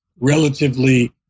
relatively